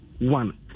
One